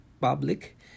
public